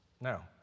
No